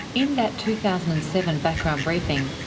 in that two thousand and seven background briefing,